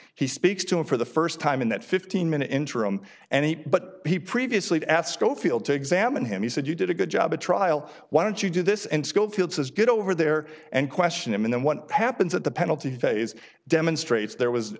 he speaks to him for the first time in that fifteen minute interim and he but he previously asked schofield to examine him he said you did a good job a trial why don't you do this and schofield says get over there and question him and then what happens at the penalty phase demonstrates there was